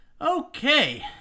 Okay